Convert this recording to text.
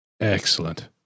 Excellent